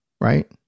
right